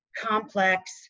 complex